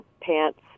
pants